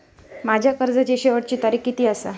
माझ्या कर्जाची शेवटची तारीख किती आसा?